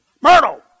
Myrtle